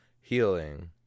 healing